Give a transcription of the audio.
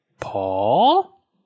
Paul